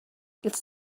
it’s